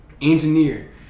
Engineer